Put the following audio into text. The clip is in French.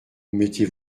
mettez